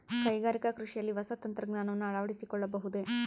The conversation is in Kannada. ಕೈಗಾರಿಕಾ ಕೃಷಿಯಲ್ಲಿ ಹೊಸ ತಂತ್ರಜ್ಞಾನವನ್ನ ಅಳವಡಿಸಿಕೊಳ್ಳಬಹುದೇ?